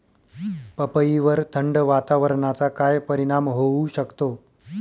पपईवर थंड वातावरणाचा काय परिणाम होऊ शकतो?